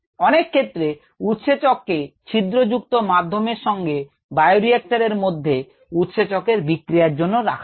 অনেক ক্ষেত্রে উৎসেচককে ছিদ্রযুক্ত মাধ্যমের সঙ্গে বায়োরিক্টর এর মধ্যে উৎসেচকের বিক্রিয়ার জন্য রাখা হয়